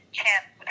chance